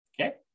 Okay